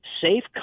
safe